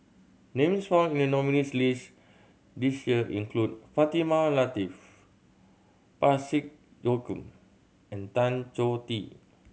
names found in the nominees' list this year include Fatimah Lateef Parsick Joaquim and Tan Choh Tee